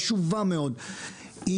חשובה מאוד,